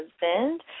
husband